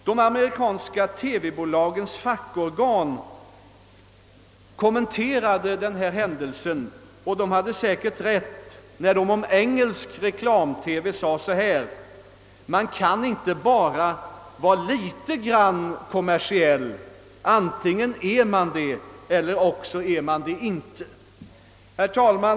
De amerikanska TV-bolagens fackorgan kommenterade denna händelse och sade därvid — och de hade säkert rätt — om engelsk reklam-TV: Man kan inte vara bara litet grand kommersiell; antingen är man det eller också är man det inte. Herr talman!